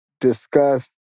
discuss